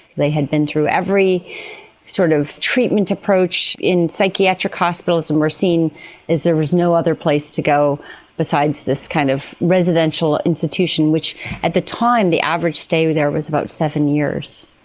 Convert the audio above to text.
they had been through every sort of treatment approach in psychiatric hospitals and were seen as there was no other place to go besides this kind of residential institution which at the time the average stay there was about seven years.